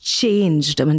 changed